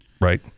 right